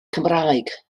cymraeg